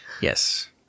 Yes